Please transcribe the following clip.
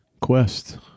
quest